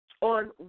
on